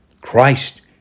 Christ